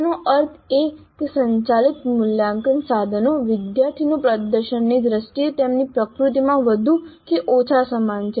તેનો અર્થ એ કે સંચાલિત મૂલ્યાંકન સાધનો વિદ્યાર્થીઓનું પ્રદર્શન ની દ્રષ્ટિએ તેમની પ્રકૃતિમાં વધુ કે ઓછા સમાન છે